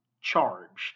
charged